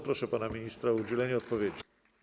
Proszę pana ministra o udzielenie odpowiedzi.